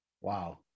Wow